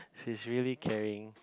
she's really caring